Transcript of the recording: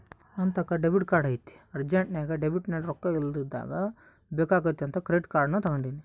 ನಂತಾಕ debit card ಐತೆ ಅರ್ಜೆಂಟ್ನಾಗ ಡೆಬಿಟ್ನಲ್ಲಿ ರೊಕ್ಕ ಇಲ್ಲದಿದ್ದಾಗ ಬೇಕಾಗುತ್ತೆ ಅಂತ ಕ್ರೆಡಿಟ್ ಕಾರ್ಡನ್ನ ತಗಂಡಿನಿ